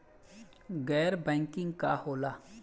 गैर बैंकिंग का होला?